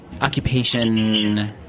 occupation